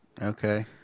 Okay